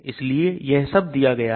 इसलिए यह सब दिया गया है